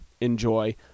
enjoy